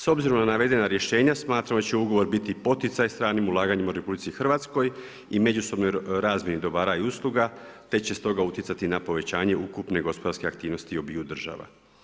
S obzirom na navedena rješenja smatramo da će ugovor biti poticaj stranim ulaganjima u RH i međusobnoj razmjeni dobara i usluga te će stoga utjecati na povećanje ukupne gospodarske aktivnosti obiju država.